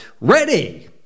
ready